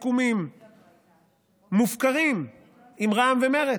היו מאחורי ההצבעה עליו סיכומים מופקרים עם רע"מ ומרצ.